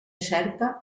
certa